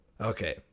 Okay